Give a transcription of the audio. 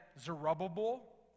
Zerubbabel